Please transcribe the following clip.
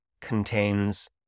contains